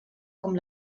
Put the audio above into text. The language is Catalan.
com